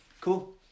Cool